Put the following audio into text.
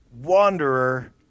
Wanderer